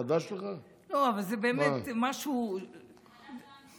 לא, אבל זה באמת משהו, זה הומני.